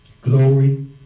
glory